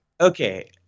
Okay